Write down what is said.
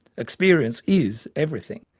experience is everything.